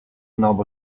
knob